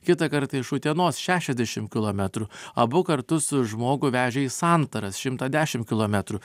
kitą kartą iš utenos šešiasdešim kilometrų abu kartus žmogų vežė į santaras šimtas dešim kilometrų